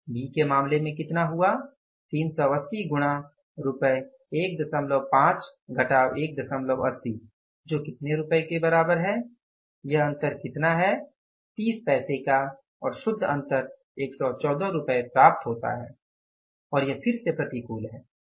B के मामले में कितना हुआ 380 गुणा रुपये 15-1 80 जो कितने रुपये के बराबर है यह अंतर कितना है 30 पैसे का और शुद्ध अंतर 114 रुपये प्राप्त होता है और यह फिर से प्रतिकूल है